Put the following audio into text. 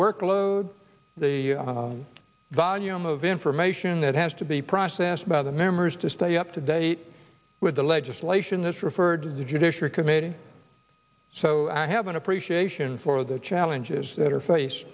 workload the volume of information that has to be processed by the members to stay up to date with the legislation this referred to judicial committee so i have an appreciation for the challenges that are face